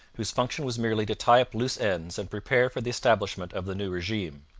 whose function was merely to tie up loose ends and prepare for the establishment of the new regime.